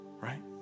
Right